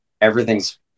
everything's